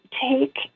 take